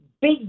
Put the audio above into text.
big